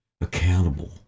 accountable